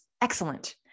excellent